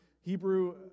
Hebrew